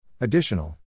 Additional